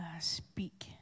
speak